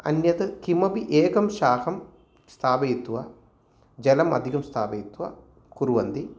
अन्यत् किमपि एकं शाकं स्थापयित्वा जलम् अधिकं स्थापयित्वा कुर्वन्ति